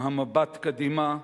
עם המבט קדימה,